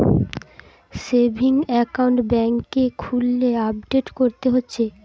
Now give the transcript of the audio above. savings account বেংকে খুললে update করতে হতিছে